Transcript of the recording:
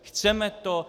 Chceme to?